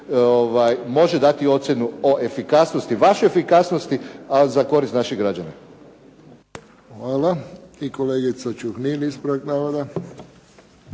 može dati ocjenu o efikasnosti, vašoj efikasnosti a za korist naših građana. **Friščić, Josip (HSS)** Hvala. I kolegica Čuhnil ispravak navoda.